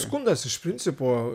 skundas iš principo